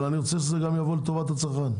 אבל אני רוצה שזה יבוא גם לטובת הצרכן.